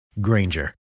Granger